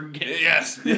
Yes